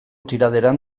tiraderan